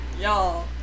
y'all